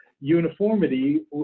uniformity